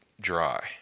dry